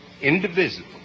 indivisible